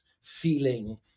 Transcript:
feeling